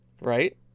right